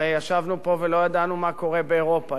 הרי ישבנו פה ולא ידענו מה קורה באירופה,